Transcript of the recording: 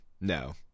no